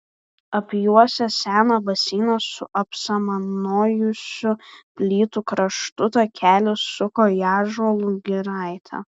apjuosęs seną baseiną su apsamanojusių plytų kraštu takelis suko į ąžuolų giraitę